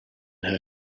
her